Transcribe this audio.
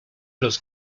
los